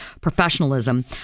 professionalism